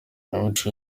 imico